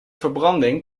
verbranding